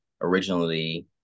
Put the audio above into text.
Originally